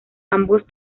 ambos